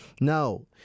now